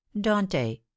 dante